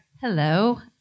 Hello